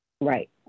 Right